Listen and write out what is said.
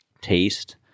taste